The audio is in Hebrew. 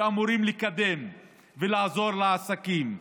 שאמורות לקדם ולעזור לעסקים,